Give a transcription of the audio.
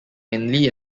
mainly